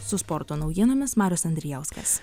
su sporto naujienomis marius andrijauskas